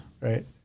Right